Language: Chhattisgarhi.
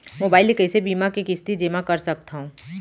मोबाइल ले कइसे बीमा के किस्ती जेमा कर सकथव?